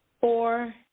Four